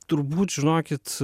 turbūt žinokit